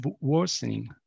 worsening